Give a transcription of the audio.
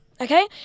okay